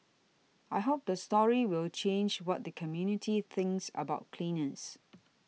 I hope the story will change what the community thinks about cleaners